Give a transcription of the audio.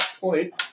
point